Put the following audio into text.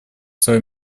свое